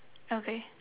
okay